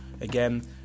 again